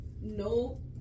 no